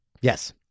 Yes